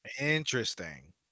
interesting